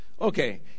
Okay